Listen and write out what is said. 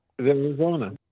Arizona